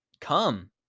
come